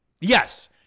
Yes